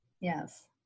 Yes